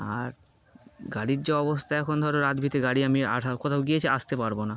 আর গাড়ির যে অবস্থা এখন ধরো রাত ভিতে গাড়ি আমি আ কোথাও গিয়েছি আসতে পারবো না